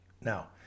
now